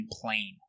Plain